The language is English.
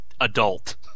adult